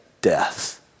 death